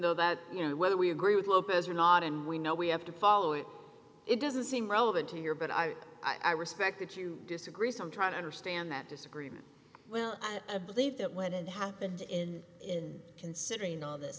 though about you know whether we agree with lopez or not and we know we have to follow it it doesn't seem relevant to your but i i respect that you disagree some try to understand that disagreement well i believe that when it happened in in considering all of this